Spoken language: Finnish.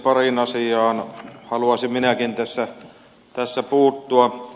pariin asiaan haluaisin minäkin tässä puuttua